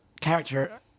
character